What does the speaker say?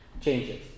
changes